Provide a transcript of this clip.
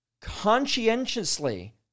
conscientiously